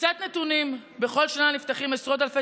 קצת נתונים: בכל שנה נפתחים עשרות אלפי